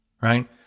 right